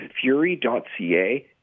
Fury.ca